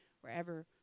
wherever